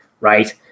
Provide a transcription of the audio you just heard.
right